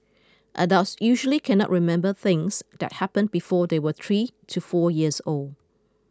adults usually cannot remember things that happened before they were three to four years old